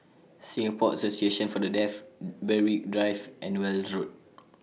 Singapore Association For The Deaf Berwick Drive and Weld Road